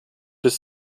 bis